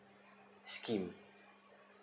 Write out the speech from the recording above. scheme